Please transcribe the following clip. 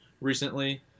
recently